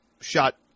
shot